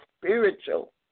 spiritual